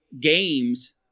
games